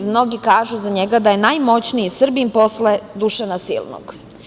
Mnogi kažu za njega da je najmoćniji Srbin posle Dušana Silnog.